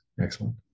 Excellent